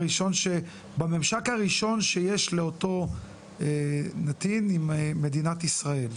בממשק הראשון שיש לאותו נתין עם מדינת ישראל?